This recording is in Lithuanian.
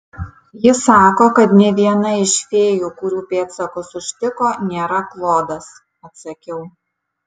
ji sako kad nė viena iš fėjų kurių pėdsakus užtiko nėra klodas atsakiau